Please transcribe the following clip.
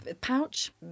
Pouch